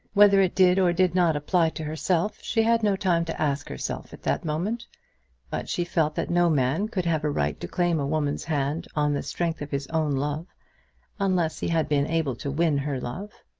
whether it did or did not apply to herself she had no time to ask herself at that moment but she felt that no man could have a right to claim a woman's hand on the strength of his own love unless he had been able to win her love.